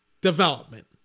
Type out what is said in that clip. development